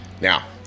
Now